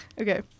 Okay